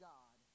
God